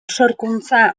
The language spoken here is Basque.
sorkuntza